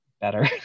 better